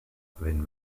wenn